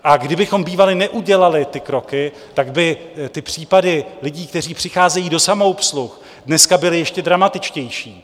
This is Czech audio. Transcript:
A kdybychom bývali neudělali ta kroky, tak by případy lidí, kteří přicházejí do samoobsluh, dneska byly ještě dramatičtější.